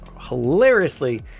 hilariously